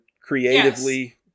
creatively